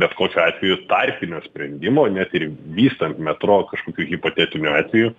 bet kokiu atveju tarpinio sprendimo net ir vystant metro kažkokiu hipotetiniu atveju